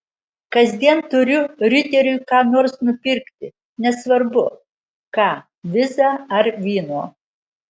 kasdien turiu riteriui ką nors nupirkti nesvarbu ką vizą ar vyno